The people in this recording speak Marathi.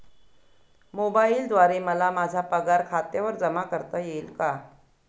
मोबाईलद्वारे मला माझा पगार खात्यावर जमा करता येईल का?